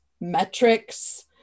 metrics